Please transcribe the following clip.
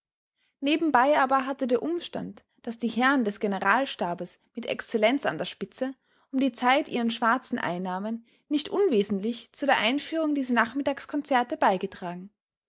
nebenbei aber hatte der umstand daß die herren des generalstabes mit excellenz an der spitze um diese zeit ihren schwarzen einnahmen nicht unwesentlich zu der einführung dieser nachmittagskonzerte beigetragen